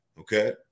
Okay